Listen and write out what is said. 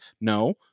No